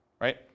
right